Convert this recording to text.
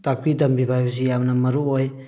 ꯇꯥꯛꯄꯤ ꯇꯝꯕꯤꯕ ꯍꯥꯏꯕꯁꯤ ꯌꯥꯝꯅ ꯃꯔꯨ ꯑꯣꯏ